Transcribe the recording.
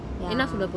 ya